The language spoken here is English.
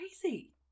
Crazy